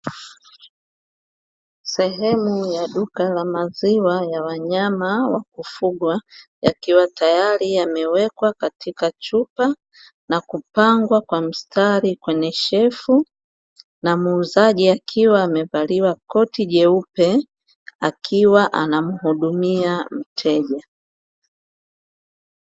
Sehemu ya duka la maziwa ya wanyama wa kufugwa, yakiwa tayari yamewekwa katika chupa, na kupangwa kwa mstari kwenye shelfu. Na muuzaji akiwa amevalia koti jeupe, akiwa anamhudumia mteja.